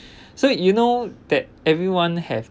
so you know that everyone have